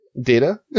data